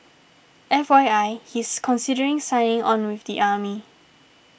F Y I he's considering signing on with the army